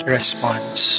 Response